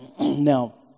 Now